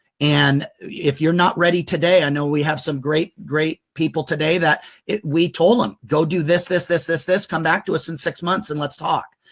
and if you're not ready today, i know we have some great, great people today that we told em, go do this, this, this, this, this, come back to us in six months and let's talk.